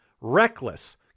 reckless